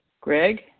Greg